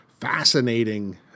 fascinating